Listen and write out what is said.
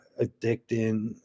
addicting